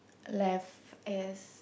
left is